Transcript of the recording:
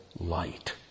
light